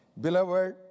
Beloved